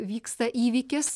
vyksta įvykis